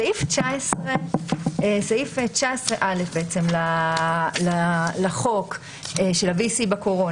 סעיף 19א לחוק של ה-V.C בקורונה,